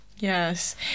Yes